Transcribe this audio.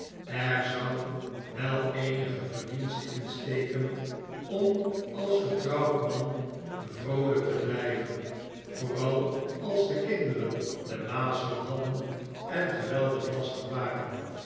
er zou wel eenige verdienste in steken om als getrouwd man vroolijk te blijven vooral als de kinderen de mazelen hadden en geweldig lastig waren